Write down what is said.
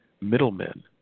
middlemen